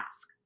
ask